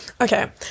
Okay